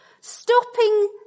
stopping